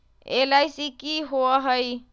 LIC की होअ हई?